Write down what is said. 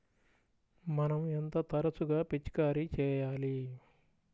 మనం ఎంత తరచుగా పిచికారీ చేయాలి?